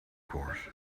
course